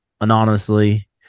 anonymously